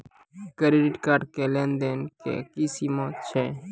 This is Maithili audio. क्रेडिट कार्ड के लेन देन के की सीमा छै?